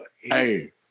Hey